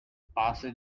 passes